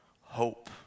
hope